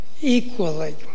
equally